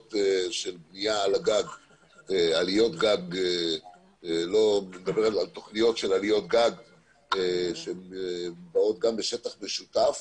של בנייה של עליות גג שהן גם בשטח משותף